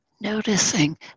Noticing